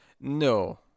No